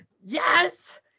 yes